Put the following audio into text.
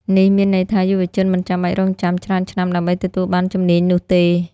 នេះមានន័យថា យុវជនមិនចាំបាច់រង់ចាំច្រើនឆ្នាំដើម្បីទទួលបានជំនាញនោះទេ។